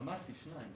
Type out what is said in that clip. אמרתי שניים.